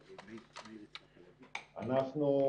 אנחנו,